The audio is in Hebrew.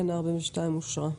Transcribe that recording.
תקנה 42 אושרה פה-אחד.